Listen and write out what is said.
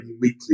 weekly